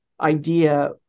idea